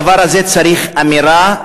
הדבר הזה צריך אמירה,